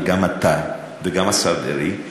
גם אתה וגם השר דרעי,